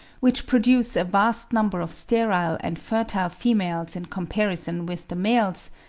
which produce a vast number of sterile and fertile females in comparison with the males,